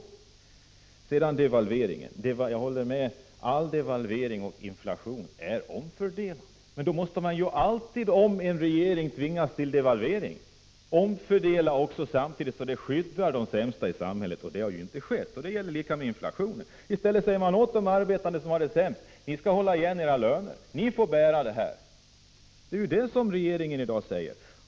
När det sedan gäller devalveringen håller jag med om att all devalvering och inflation är omfördelande. Men då måste man ju alltid, om en regering tvingas till devalvering, samtidigt omfördela så att man skyddar de sämst ställda i samhället. Det har inte skett — och det är samma sak i fråga om inflationen. Man säger åt de arbetande som har det sämst: Ni skall hålla igen när det gäller era löner, ni får bära den här bördan. Det är ju det som regeringen i dag säger.